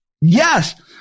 Yes